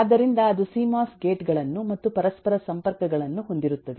ಆದ್ದರಿಂದ ಅದು CMOS gate ಗಳನ್ನು ಮತ್ತು ಪರಸ್ಪರ ಸಂಪರ್ಕಗಳನ್ನು ಹೊಂದಿರುತ್ತದೆ